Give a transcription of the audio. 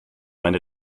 meine